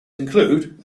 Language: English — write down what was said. including